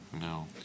No